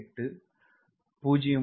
08 0